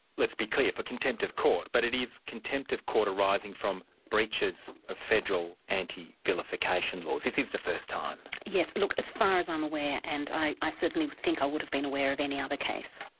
let's be clear, for contempt of court, but it is contempt of court arising from breaches of federal anti-vilification laws. this is the first time. yes. look, as far as i'm aware. and i i certainly think i would have been aware of any other case.